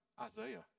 Isaiah